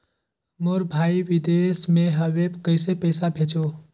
मोर भाई विदेश मे हवे कइसे पईसा भेजो?